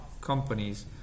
companies